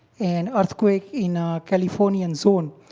and earthquake in ah california and so on.